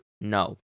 No